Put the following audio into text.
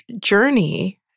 journey